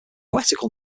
poetical